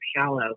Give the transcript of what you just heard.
shallow